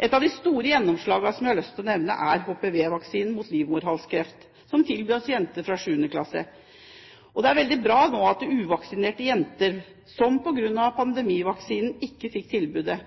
Et av de store gjennomslagene som jeg har lyst til å nevne, er HPV-vaksinen mot livmorhalskreft, som tilbys jenter fra 7. klasse. Det er veldig bra at uvaksinerte jenter – de som er født i 1997 – som på grunn av pandemivaksinen ikke fikk tilbudet,